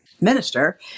minister